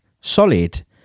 Solid